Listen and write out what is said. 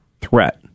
threat